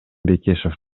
бекешев